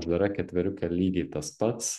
uždara ketveriukė lygiai tas pats